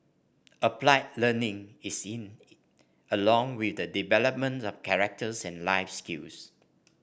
applied learning is in along with the development of character and life skills